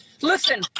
Listen